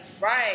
right